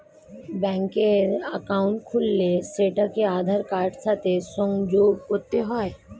ব্যাঙ্কের অ্যাকাউন্ট খুললে সেটাকে আধার কার্ডের সাথে সংযোগ করতে হয়